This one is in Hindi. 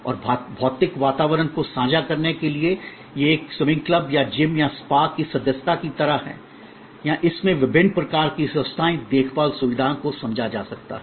और भौतिक वातावरण को साझा करने के लिए यह एक स्विमिंग क्लब या जिम या स्पा की सदस्यता की तरह है या इसमें विभिन्न प्रकार की स्वास्थ्य देखभाल सुविधाओं को समझा जा सकता है